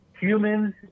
humans